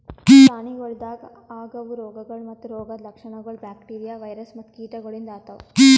ಪ್ರಾಣಿಗೊಳ್ದಾಗ್ ಆಗವು ರೋಗಗೊಳ್ ಮತ್ತ ರೋಗದ್ ಲಕ್ಷಣಗೊಳ್ ಬ್ಯಾಕ್ಟೀರಿಯಾ, ವೈರಸ್ ಮತ್ತ ಕೀಟಗೊಳಿಂದ್ ಆತವ್